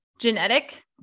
genetic